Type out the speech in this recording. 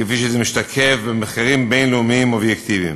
כפי שזה משתקף במחקרים בין-לאומיים אובייקטיביים.